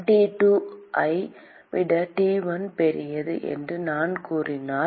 T2 ஐ விட T1 பெரியது என்று நான் கூறினால்